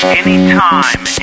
anytime